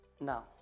Now